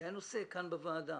זה היה נושא כאן בוועדה.